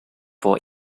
for